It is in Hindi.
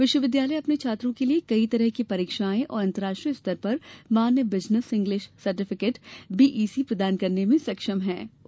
विश्वविद्यालय अपने छात्रों के लिये कई तरह की परीक्षाएँ और अंतर्राष्ट्रीय स्तर पर मान्य बिजनेस इंग्लिश सर्टिफिकेट बीईसी प्रदान करने में सक्षम होंगे